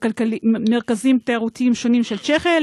מרכזים תיירותיים שונים של צ'כיה,